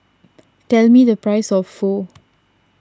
tell me the price of Pho